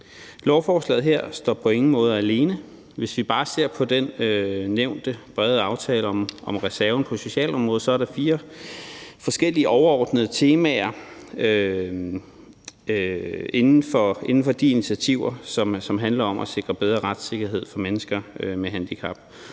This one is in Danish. Lovforslaget her står på ingen måde alene. Hvis vi bare ser på den nævnte brede aftale om reserven på socialområdet, er der fire forskellige overordnede temaer inden for de initiativer, som handler om at sikre bedre retssikkerhed for mennesker med handicap.